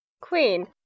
Queen